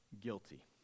guilty